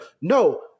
no